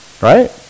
right